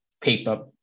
paper